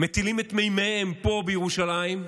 מטילים את מימיהם פה בירושלים,